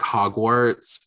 Hogwarts